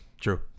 True